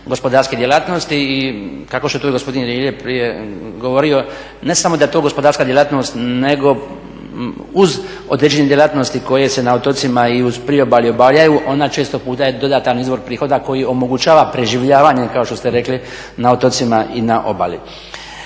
gospodarske djelatnosti i kao što je to gospodin Rilje prije govorio ne samo da je to gospodarska djelatnost nego uz određene djelatnosti koje se na otocima i uz priobalje obavljaju ona često puta je dodatan izvor prihoda koji omogućava preživljavanje kao što ste rekli na otocima i na obali.